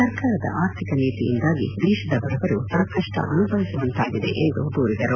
ಸರ್ಕಾರದ ಆರ್ಥಿಕ ನೀತಿಯಿಂದಾಗಿ ದೇಶದ ಬಡವರು ಸಂಕಪ್ಪ ಅನುಭವಿಸುವಂತಾಗಿದೆ ಎಂದು ದೂರಿದರು